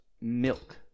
milk